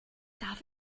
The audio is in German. darf